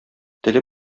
теле